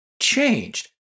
changed